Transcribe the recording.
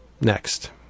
Next